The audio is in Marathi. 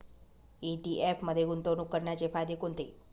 ई.टी.एफ मध्ये गुंतवणूक करण्याचे फायदे कोणते?